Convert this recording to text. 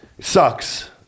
Sucks